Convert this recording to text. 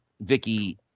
Vicky